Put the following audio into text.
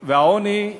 והעוני,